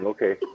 Okay